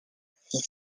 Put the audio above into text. six